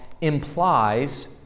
implies